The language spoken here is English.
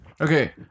Okay